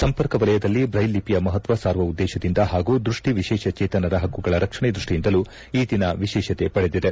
ಸಂಪರ್ಕ ವಲಯದಲ್ಲಿ ಬ್ರೈಲ್ ಲಿಪಿಯ ಮಪತ್ವ ಸಾರುವ ಉದ್ದೇಶದಿಂದ ಪಾಗೂ ದೃಷ್ಟಿ ವಿಶೇಷಚೇತನರ ಪಕ್ಕುಗಳ ರಕ್ಷಣೆ ದೃಷ್ಟಿಯಿಂದಲೂ ಈ ದಿನ ವಿಶೇಷತೆ ಪಡೆದಿದೆ